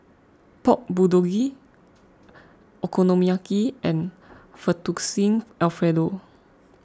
Pork Bulgogi Okonomiyaki and Fettuccine Alfredo